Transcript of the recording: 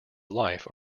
life